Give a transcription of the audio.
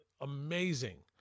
amazing